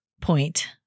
point